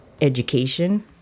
education